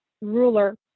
ruler